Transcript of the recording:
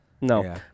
no